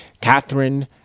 Catherine